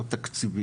אצלנו.